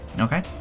Okay